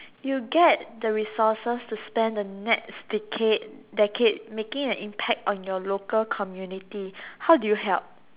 you get the resources to spend the next decade decade making an impact on your local community how do you help